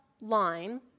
line